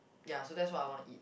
ya so that's what I wanna eat